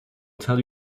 tell